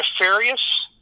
nefarious